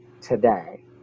today